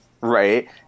Right